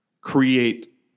create